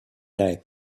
night